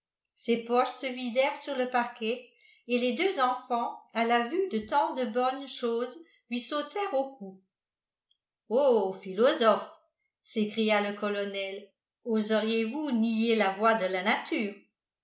ses poches se vidèrent sur le parquet et les deux enfants à la vue de tant de bonnes choses lui sautèrent au cou ô philosophes s'écria le colonel oseriez-vous nier la voix de la nature